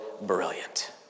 brilliant